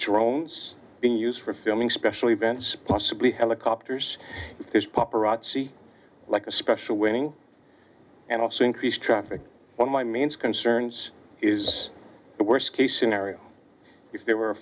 drones being used for filming special events possibly helicopters is proper azzi like a special winning and also increased traffic on my means concerns is the worst case scenario if there were a